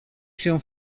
się